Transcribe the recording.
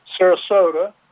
Sarasota